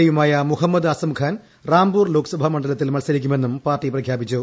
A യുമായ മുഹമ്മദ് അസംഖാൻ റാംപൂർ ലോക്സഭാ മണ്ഡലത്തിൽ മത്സരിക്കുമെന്നും party പ്രഖ്യാപിച്ചു